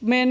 Med